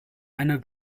eine